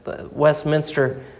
Westminster